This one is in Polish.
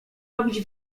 robić